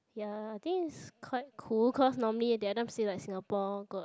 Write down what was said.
ya think it's quite cool cause normally they everytime say like Singapore got